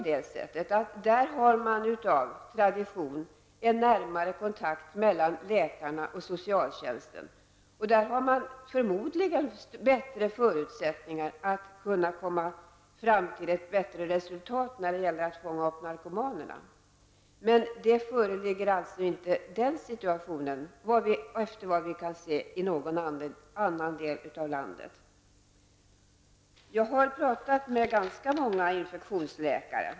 Där har man av tradition närmare kontakter mellan läkarna och socialtjänsten, och där har man förmodligen bättre förutsättningar att kunna komma fram till ett bättre resultat när det gäller att fånga upp narkomanerna. Men såvitt vi kan se föreligger inte den situationen i någon annan del av landet. Jag har talat med ganska många infektionsläkare.